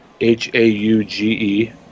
h-a-u-g-e